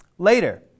later